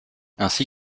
ainsi